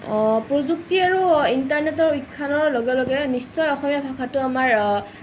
প্ৰযুক্তি আৰু ইণ্টাৰনেটৰ উত্থানৰ লগে লগে নিশ্চয় অসমীয়া ভাষাটোৰ